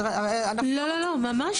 לא, ממש לא.